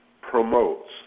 promotes